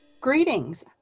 Greetings